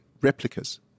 replicas